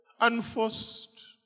Unforced